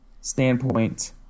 standpoint